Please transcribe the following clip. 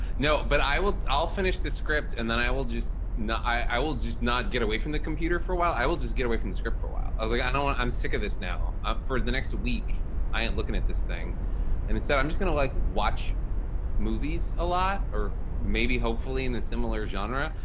no, but i will i'll finish the script and then i i will just i will just not get away from the computer for a while, i will just get away from the script for a while. i was like, i don't and i'm sick of this now up for the next week i ain't looking at this thing and instead i'm just gonna like watch movies a lot or maybe hopefully in the similar genre.